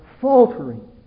faltering